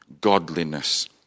godliness